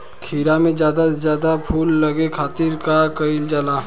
खीरा मे ज्यादा से ज्यादा फूल लगे खातीर का कईल जाला?